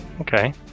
Okay